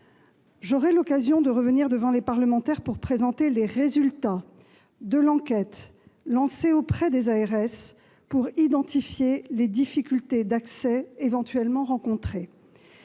J'aurai l'occasion de revenir devant les parlementaires pour présenter les résultats de l'enquête lancée auprès des agences régionales de santé pour identifier les difficultés d'accès éventuellement rencontrées.